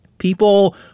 People